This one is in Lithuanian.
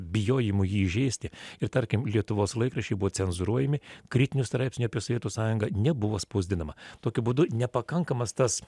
bijojimu jį įžeisti ir tarkim lietuvos laikraščiai buvo cenzūruojami kritinių straipsnių apie sovietų sąjungą nebuvo spausdinama tokiu būdu nepakankamas tas